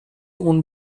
اون